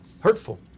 hurtful